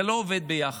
זה לא עובד ביחד.